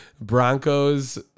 Broncos